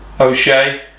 O'Shea